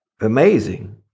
amazing